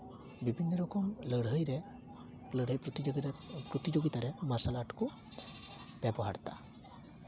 ᱵᱤᱵᱷᱤᱱᱱᱚ ᱨᱚᱠᱚᱢ ᱞᱟᱹᱲᱦᱟᱹᱭ ᱨᱮ ᱞᱟᱹᱲᱦᱟᱹᱭ ᱯᱨᱚᱛᱤᱡᱳᱜᱤᱛᱟ ᱨᱮ ᱢᱟᱨᱥᱟᱞ ᱟᱨᱴ ᱠᱚ ᱵᱮᱵᱚᱦᱟᱨ ᱫᱟ